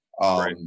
Right